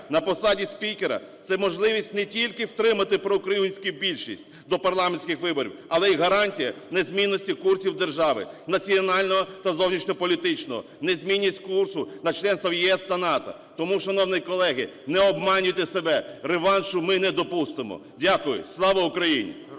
на посаді спікера – це можливість не тільки втримати проукраїнську більшість до парламентських виборів, але і гарантія незмінності курсів держави, національного та зовнішньополітичного, незмінність курсу на членство в ЄС та НАТО. Тому, шановні колеги, не обманюйте себе, реваншу ми не допустимо. Дякую. Слава Україні!